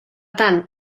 tant